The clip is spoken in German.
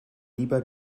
lieber